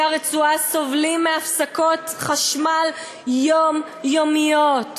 הרצועה סובלים מהפסקות חשמל יומיומיות,